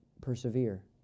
persevere